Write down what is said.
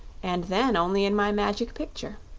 and then only in my magic picture.